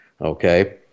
okay